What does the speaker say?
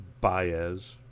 Baez